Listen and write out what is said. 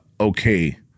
Okay